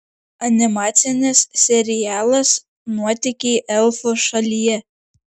animacinis serialas nuotykiai elfų šalyje